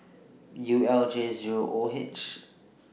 U L J Zero O H